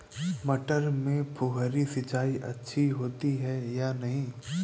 मटर में फुहरी सिंचाई अच्छी होती है या नहीं?